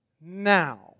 Now